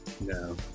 No